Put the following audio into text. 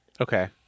Okay